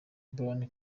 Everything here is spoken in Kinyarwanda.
bryan